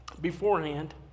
beforehand